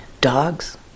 dogs